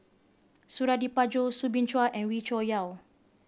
Suradi Parjo Soo Bin Chua and Wee Cho Yaw